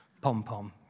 pom-pom